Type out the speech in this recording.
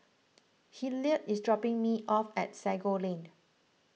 Hillard is dropping me off at Sago Lane